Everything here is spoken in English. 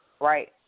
right